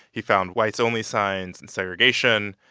he found whites-only signs and segregation.